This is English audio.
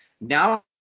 Now